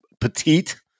petite